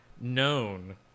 known